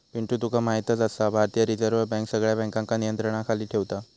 पिंटू तुका म्हायतच आसा, भारतीय रिझर्व बँक सगळ्या बँकांका नियंत्रणाखाली ठेवता